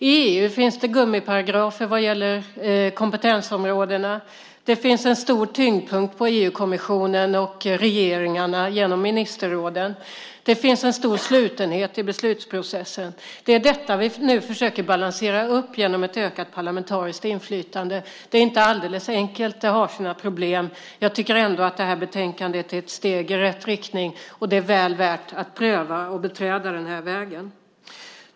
I EU finns det gummiparagrafer när det gäller kompetensområdena, det finns en stor tyngdpunkt på EU-kommissionen och regeringarna genom ministerråden och det finns en stor slutenhet i beslutsprocessen. Det är detta som vi nu försöker balansera genom ett ökat parlamentariskt inflytande. Det är inte alldeles enkelt, och det har sina problem. Jag tycker ändå att betänkandet är ett steg i rätt riktning, och det är väl värt att pröva att beträda den vägen.